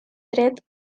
dret